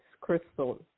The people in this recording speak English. crystal